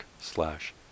slash